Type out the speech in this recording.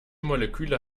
moleküle